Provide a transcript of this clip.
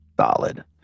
Solid